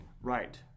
Right